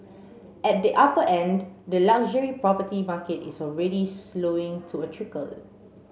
at the upper end the luxury property market is already slowing to a trickle